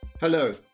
Hello